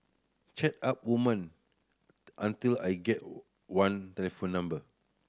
chat up women until I get one telephone number